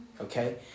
Okay